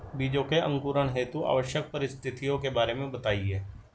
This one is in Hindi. बीजों के अंकुरण हेतु आवश्यक परिस्थितियों के बारे में बताइए